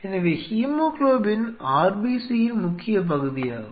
எனவே haemoglobin RBC இன் முக்கிய பகுதியாகும்